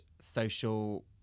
social